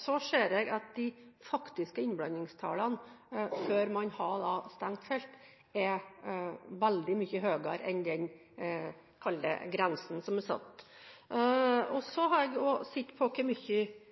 Så ser jeg at de faktiske innblandingstallene før man har stengt felter, er veldig mye høyere enn den – kall det – grensen som er satt. Jeg har også sett på hvor